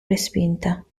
respinta